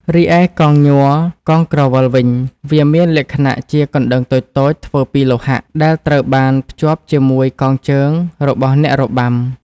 រីឯកងញ័រ/កងក្រវិលវិញវាមានលក្ខណៈជា កណ្ដឹងតូចៗ ធ្វើពីលោហៈ ដែលត្រូវបានភ្ជាប់ជាមួយកងជើង របស់អ្នករបាំ។